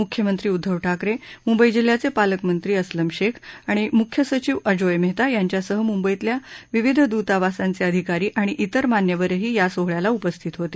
मुख्यमंत्री उद्दव ठाकरे मुंबई जिल्ह्याचे पालकमंत्री अस्लम शेख आणि मुख्य सचिव अजोय मेहता यांच्यासह मुंबईतल्या विविध दूतावासांचे अधिकारी आणि त्तिर मान्यवरही या सोहळ्याला उपस्थित होते